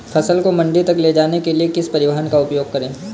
फसल को मंडी तक ले जाने के लिए किस परिवहन का उपयोग करें?